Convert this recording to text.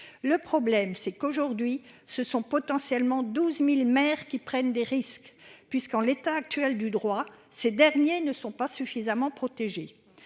Le problème c'est qu'aujourd'hui ce sont potentiellement 12.000 maires qui prennent des risques, puisqu'en l'état actuel du droit. Ces derniers ne sont pas suffisamment protégés.